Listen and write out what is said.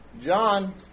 John